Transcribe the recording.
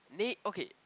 okay